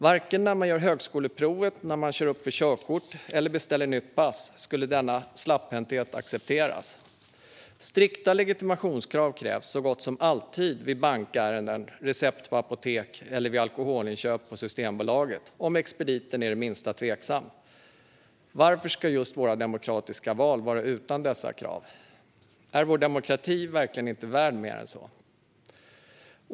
Varken när man gör högskoleprovet, när man kör upp för körkort eller när man beställer nytt pass skulle denna släpphänthet accepteras. Strikta legitimationskrav ställs så gott som alltid vid bankärenden, receptuttag på apotek eller alkoholinköp på Systembolaget om expediten är det minsta tveksam. Varför ska just våra demokratiska val vara utan dessa krav? Är vår demokrati verkligen inte värd mer än så?